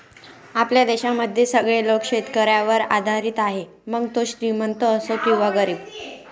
आपल्या देशामध्ये सगळे लोक शेतकऱ्यावर आधारित आहे, मग तो श्रीमंत असो किंवा गरीब